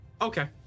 Okay